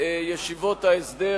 ישיבות ההסדר,